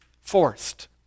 forced